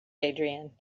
adrian